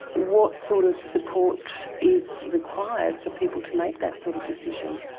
what sort of support is required for people to make that sort of decision?